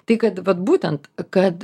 tai kad vat būtent kad